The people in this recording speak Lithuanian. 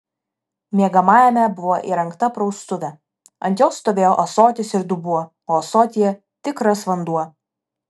miegamajame buvo įrengta praustuvė ant jos stovėjo ąsotis ir dubuo o ąsotyje tikras vanduo